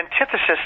antithesis